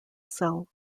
cell